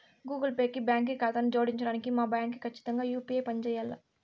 Google కి బాంకీ కాతాను జోడించడానికి మా బాంకీ కచ్చితంగా యూ.పీ.ఐ పంజేయాల్ల